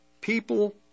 people